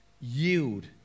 Yield